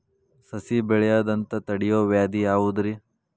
ಸಸಿ ಬೆಳೆಯದಂತ ತಡಿಯೋ ವ್ಯಾಧಿ ಯಾವುದು ರಿ?